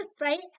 right